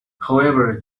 however